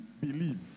Believe